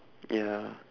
yeah